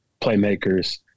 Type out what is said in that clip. playmakers